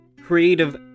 creative